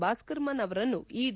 ಭಾಸ್ಕರ್ಮನ್ ಅವರನ್ನು ಇಡಿ